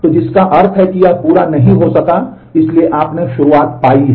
तो जिसका अर्थ है कि यह पूरा नहीं हो सका और इसलिए आपने शुरुआत पाई है